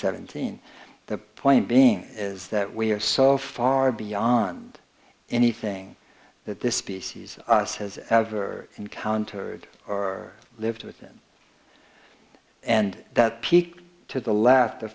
seventeen the point being is that we are so far beyond anything that this species us has ever encountered or lived with them and that peak to the left the